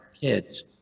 kids